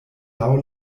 laŭ